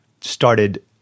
started